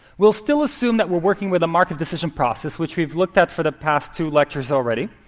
we'll still assume that we're working with the markov decision process, which we've looked at for the past two lectures already.